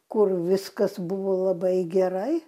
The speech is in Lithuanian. kur viskas buvo labai gerai